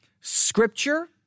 Scripture